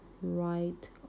right